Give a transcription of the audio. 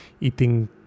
eating